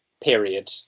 period